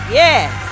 yes